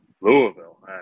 Louisville